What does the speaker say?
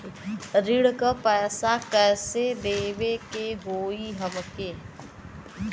ऋण का पैसा कइसे देवे के होई हमके?